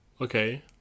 Okay